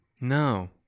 no